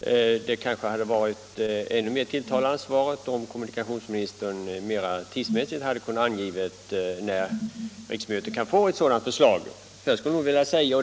Svaret hade kanske varit ännu mera tillfredsställande om kommunikationsministern tidsmässigt hade angivit när riksmötet kunde få ett förslag i frågan.